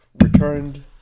returned